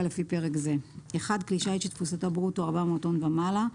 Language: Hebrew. לפי פרק זה: כלי שיט שתפוסתו ברוטו 400 טון ומעלה.